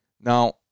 Now